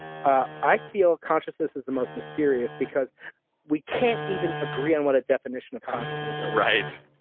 i feel consciousness is the most mysterious because we can't even agree on what a definition of consciousness right